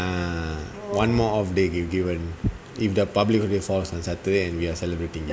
ah one more off day will be given if the public holiday really falls on saturday and we are celebrating